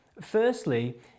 Firstly